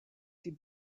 sie